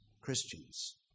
Christians